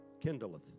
kindleth